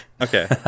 Okay